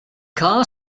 car